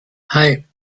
hei